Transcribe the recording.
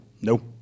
nope